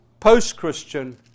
post-Christian